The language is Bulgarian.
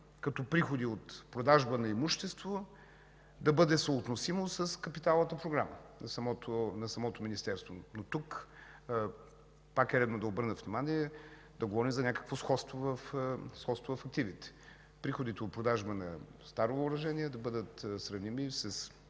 като приходи от продажба на имущество, да бъде съотносимо с капиталовата програма на самото Министерство. Тук е пак редно да обърна внимание да говорим за някакво сходство в активите – приходите от продажба на старо въоръжение да бъдат сравними